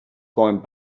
going